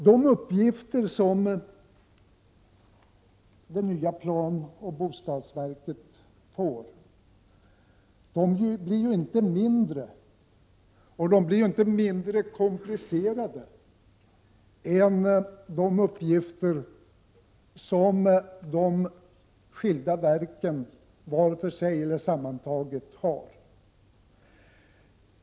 De uppgifter som det nya planoch bostadsverket får blir inte mindre och inte mindre komplicerade än de uppgifter som de båda verken var för sig eller sammantaget nu har.